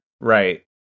right